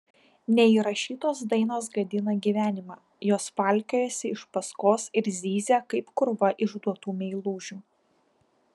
neįrašytos dainos gadina gyvenimą jos valkiojasi iš paskos ir zyzia kaip krūva išduotų meilužių